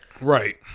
right